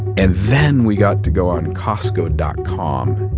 and then we got to go on costco dot com,